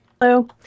Hello